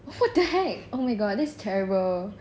what the heck oh my god that's terrible